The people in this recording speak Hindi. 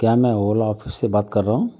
क्या मैं ओला ऑफिस से बात कर रहा हूँ